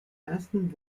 ersten